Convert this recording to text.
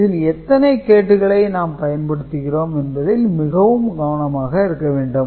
இதில் எத்தனை கேட்டுகளை நாம் பயன்படுத்துகிறோம் என்பதில் மிகவும் கவனமாக இருக்க வேண்டும்